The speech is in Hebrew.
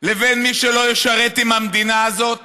לבין מי שלא ישרת עם המדינה הזאת